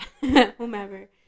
whomever